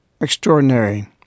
extraordinary